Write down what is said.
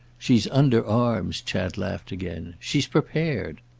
she's under arms, chad laughed again she's prepared.